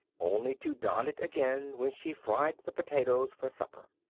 only to don it again when she fried the potatoes for supper.